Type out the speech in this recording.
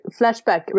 Flashback